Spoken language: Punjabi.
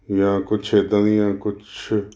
ਜਾਂ ਕੁਛ ਇੱਦਾਂ ਦੀਆਂ ਕੁਛ